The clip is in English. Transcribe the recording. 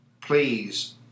Please